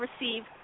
receive